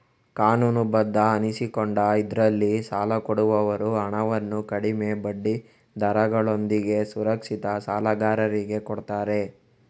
ಕಾನೂನುಬದ್ಧ ಅನಿಸಿಕೊಂಡ ಇದ್ರಲ್ಲಿ ಸಾಲ ಕೊಡುವವರು ಹಣವನ್ನು ಕಡಿಮೆ ಬಡ್ಡಿ ದರಗಳೊಂದಿಗೆ ಸುರಕ್ಷಿತ ಸಾಲಗಾರರಿಗೆ ಕೊಡ್ತಾರೆ